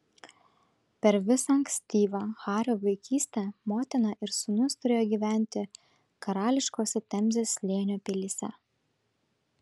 per visą ankstyvą hario vaikystę motina ir sūnus turėjo gyventi karališkose temzės slėnio pilyse